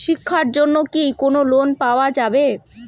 শিক্ষার জন্যে কি কোনো লোন পাওয়া যাবে?